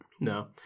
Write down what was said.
No